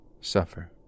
suffer